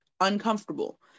uncomfortable